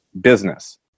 business